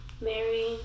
Mary